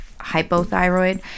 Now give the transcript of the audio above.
hypothyroid